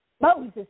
Moses